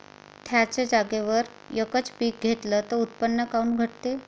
थ्याच जागेवर यकच पीक घेतलं त उत्पन्न काऊन घटते?